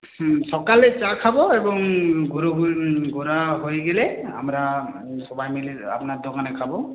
হুম সকালে চা খাব এবং ঘোরাঘুরি ঘোরা হয়ে গেলে আমরা সবাই মিলে আপনার দোকানে খাব